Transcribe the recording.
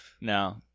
No